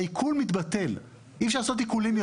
העיקול מתבטל ואי אפשר לעשות עיקולים.